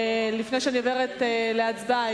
לפני שאני עוברת להצבעה,